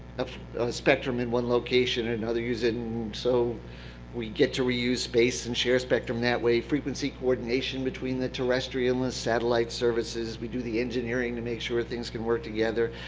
ah spectrum in one location, another uses it and so we get to reuse space and share spectrum that way, frequency coordination between the terrestrial and the satellite services. we do the engineering to make sure things can work together.